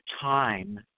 time